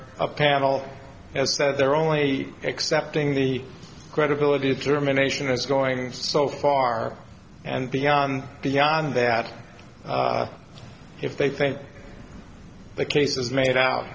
a panel has that they're only accepting the credibility of germination is going so far and beyond beyond that if they think the case is made out